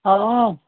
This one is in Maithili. हँ